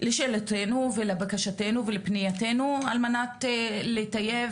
לשאלותינו ולבקשותינו ולפניותינו על מנת לטייב